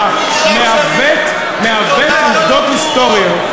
אתה מעוות, מעוות עובדות היסטוריות.